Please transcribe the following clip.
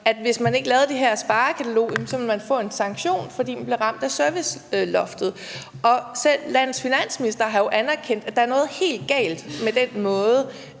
at hvis man ikke lavede det her sparekatalog, ville man få en sanktion, fordi man blev ramt af serviceloftet. Selv landets finansminister har jo anerkendt, at der er noget helt galt med den måde,